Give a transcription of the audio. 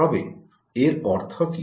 তবে এর অর্থ কি